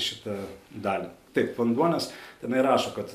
šitą dalį taip vanduo nes tenai rašo kad